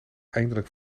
eindelijk